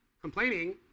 Complaining